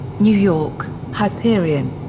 new york hyperion.